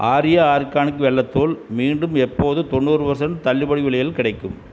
Arya organic வெல்லத் தூள் மீண்டும் எப்போது தொண்ணூறு பர்ஸன்ட் தள்ளுபடி விலையில் கிடைக்கும்